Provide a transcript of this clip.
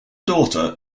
daughter